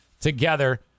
together